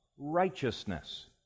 righteousness